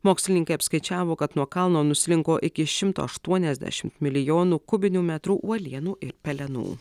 mokslininkai apskaičiavo kad nuo kalno nuslinko iki šimto aštuoniasdešimt milijonų kubinių metrų uolienų ir pelenų